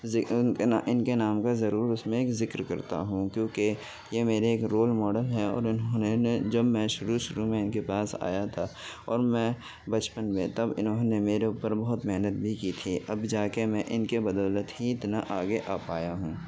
ان کے ان کے نام کا ضرور اس میں ذکر کرتا ہوں کیونکہ یہ میرے ایک رول ماڈل ہیں اور انہوں نے نے جب میں شروع شروع میں ان کے پاس آیا تھا اور میں بچپن میں تب انہوں نے میرے اوپر بہت محنت بھی کی تھی اب جاکے میں ان کے بدولت ہی اتنا آگے آ پایا ہوں